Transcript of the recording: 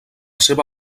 seva